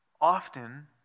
often